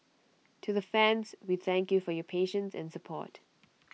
to the fans we thank you for your patience and support